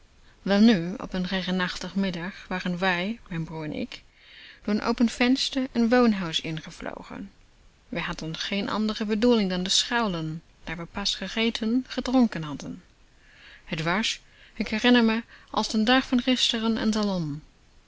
welnu op een regenachtigen middag waren wij m'n broer en ik door een open venster n woonhuis ingevlogen we hadden geen andere bedoeling dan te schuilen daar we pas gegeten gedronken hadden het was k herinner t me als den dag van gister een salon